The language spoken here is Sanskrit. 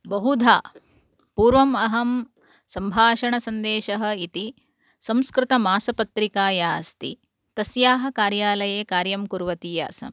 बहुधा पूर्वम् अहं सम्भाषणसन्देशः इति संस्कृतमासपत्रिका या अस्ति तस्याः कार्यालये कार्यं कुर्वती आसम्